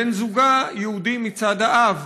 בן זוגה יהודי מצד האב.